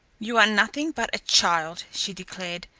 you are nothing but a child! she declared.